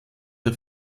der